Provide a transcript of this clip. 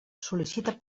sol·licita